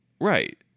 Right